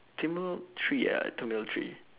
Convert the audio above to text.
terminal three ah terminal three